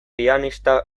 pianista